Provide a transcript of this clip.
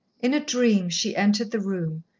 in a dream she entered the room,